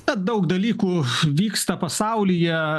tad daug dalykų vyksta pasaulyje